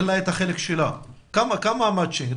כמה מצ'ינג?